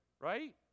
right